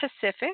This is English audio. Pacific